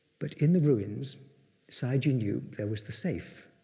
but in the ruins sayagyi knew there was the safe,